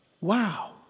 Wow